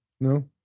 No